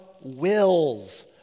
wills